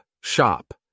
Shop